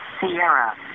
sierra